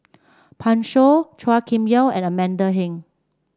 Pan Shou Chua Kim Yeow and Amanda Heng